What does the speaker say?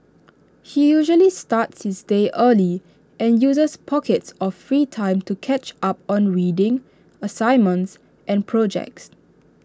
he usually starts his day early and uses pockets of free time to catch up on reading assignments and projects